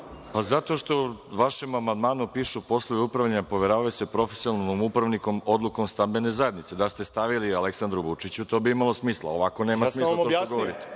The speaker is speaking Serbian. Zato što u vašem amandmanu piše - poslovi upravljanja poveravaju se profesionalnom upravniku odlukom stambene zajednice. Da ste stavili - Aleksandru Vučiću, to bi imalo smisla, ovako nema smisla to što govorite.